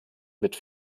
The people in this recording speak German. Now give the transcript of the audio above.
mit